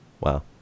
wow